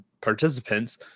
participants